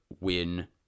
win